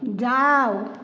जाउ